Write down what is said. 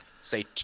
say